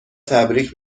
تبریک